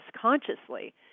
consciously